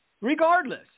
regardless